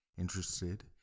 interested